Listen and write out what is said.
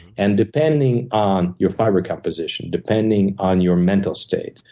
and depending on your fiber composition, depending on your mental state,